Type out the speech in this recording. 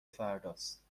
فرداست